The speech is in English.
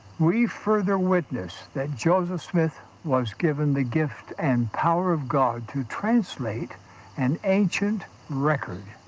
we further witness that joseph smith was given the gift and power of god to translate an ancient record